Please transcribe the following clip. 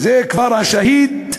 וזה כבר השהיד,